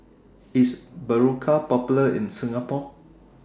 IS Berocca Popular in Singapore